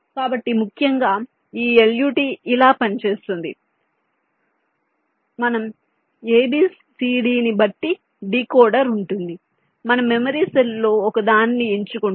కాబట్టి ముఖ్యంగా ఈ LUT ఇలా పనిచేస్తుంది మనం ABCD ని బట్టి డీకోడర్ ఉంటుంది మనం మెమరీ సెల్ లో ఒకదాన్ని ఎంచుకుంటామ్